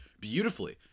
beautifully